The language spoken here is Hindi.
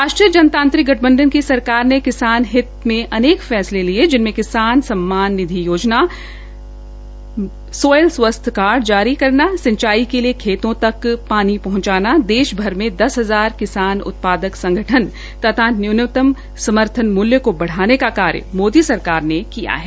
राष्ट्रीय जनतांत्रिक गठबंधन की सरकार ने किसान हित में अनेक फैसले लिये जिनमें किसान सम्मान निधि योजना मुदा स्वास्थ्य कार्ड जारी करना सिंचाई के लिए खेतों तक पानी पहंचाना देश भर में में दस हजार किसान उत्पादन संगठन तथा न्यूनतम समर्थन मूल्य को बढ़ाने का कार्य मोदी सरकार ने किया है